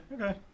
Okay